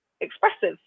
expressive